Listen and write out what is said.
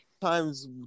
times